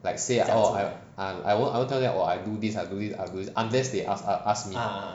like say oh I I won't I won't tell them oh I do this I do this I do this unless they ask ask me